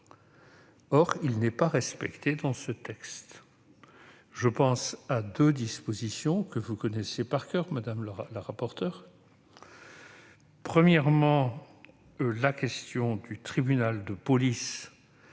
Or tel n'est pas le cas dans ce texte. Je pense à deux dispositions que vous connaissez par coeur, madame la rapporteure. Tout d'abord, la compétence du tribunal de police